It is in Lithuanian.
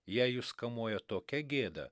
jei jus kamuoja tokia gėda